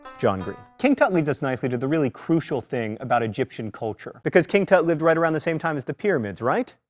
john green king tut leads us nicely to the really crucial thing about egyptian culture. because king tut lived right around the same time as the pyramids right?